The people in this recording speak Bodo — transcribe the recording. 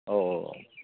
अ